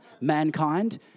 mankind